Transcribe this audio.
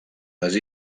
les